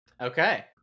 Okay